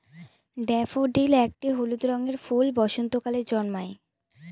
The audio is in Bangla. ড্যাফোডিল একটি হলুদ রঙের ফুল বসন্তকালে জন্মায়